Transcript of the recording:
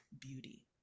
beauty